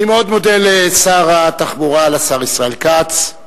אני מאוד מודה לשר התחבורה, השר ישראל כץ.